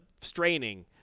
straining